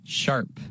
sharp